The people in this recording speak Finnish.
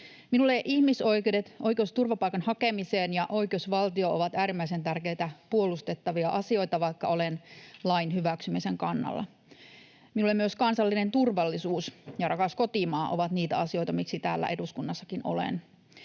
Minulle ihmisoikeudet, oikeus turvapaikan hakemiseen ja oikeusvaltio ovat äärimmäisen tärkeitä, puolustettavia asioita, vaikka olen lain hyväksymisen kannalla. Minulle myös kansallinen turvallisuus ja rakas kotimaa ovat niitä asioita, miksi täällä eduskunnassakin olen.